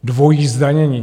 Dvojí zdanění.